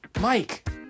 Mike